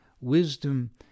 wisdom